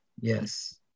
yes